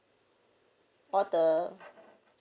all the